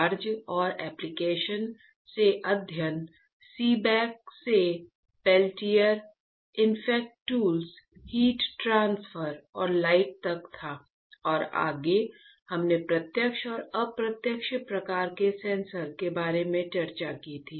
charge और application से अध्ययन Seebeck effect tools heat transfer और लाइट तक था और आगे हमने प्रत्यक्ष और अप्रत्यक्ष प्रकार के सेंसर के बारे में चर्चा की थी